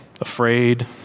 Afraid